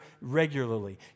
regularly